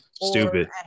Stupid